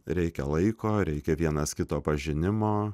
reikia laiko reikia vienas kito pažinimo